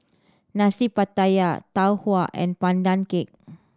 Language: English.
Nasi Pattaya Tau Huay and Pandan Cake